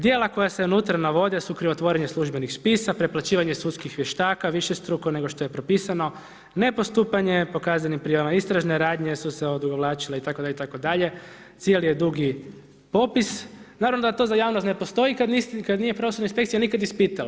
Djela koja se unutra navode su krivotvorenje službenih spisa, preplaćivanje sudskih vještaka višestruko nego što je propisano, ne postupanje po kaznenim prijavama, istražne radnje su se odugovlačile itd., itd., cijeli je dugi popis Naravno da to za javnost ne postoji kad nije pravosudna inspekcija nikad ispitala.